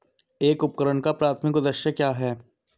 एक उपकरण का प्राथमिक उद्देश्य क्या है?